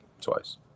twice